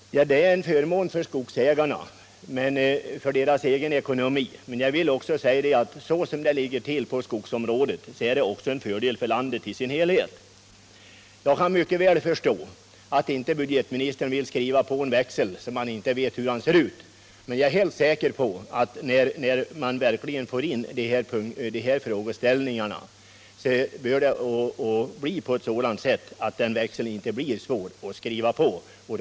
Det är till förmån för skogsägarna och deras ekonomi, men jag vill framhålla att så som det ligger till på skogsområdet är det också till fördel för landet i dess helhet. Jag kan mycket väl förstå att budgetministern inte vill skriva på en växel som han inte vet innebörden av, men jag är helt säker på att när man verkligen får klarhet i dessa frågeställningar kommer växeln att bli sådan att det inte blir svårt att skriva på den.